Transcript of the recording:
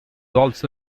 also